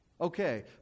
Okay